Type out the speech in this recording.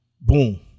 Boom